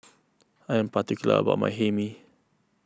I am particular about my Hae Mee